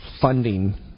funding